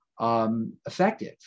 Effective